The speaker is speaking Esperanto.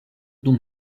dum